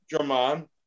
German